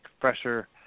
Fresher